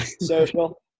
Social